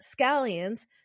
scallions